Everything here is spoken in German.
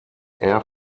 air